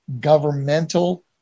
governmental